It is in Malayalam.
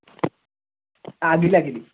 അഖിൽ അഖിൽ